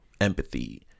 empathy